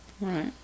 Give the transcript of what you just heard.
Right